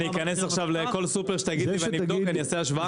אני אכנס עכשיו לכל סופר שתגיד אבדוק ואעשה השוואה?